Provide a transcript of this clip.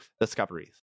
discoveries